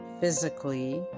physically